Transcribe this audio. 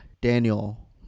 Daniel